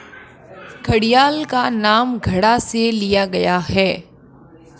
घड़ियाल का नाम घड़ा से लिया गया है